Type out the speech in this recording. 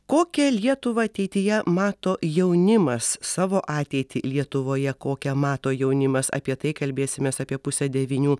kokią lietuvą ateityje mato jaunimas savo ateitį lietuvoje kokią mato jaunimas apie tai kalbėsimės apie pusę devynių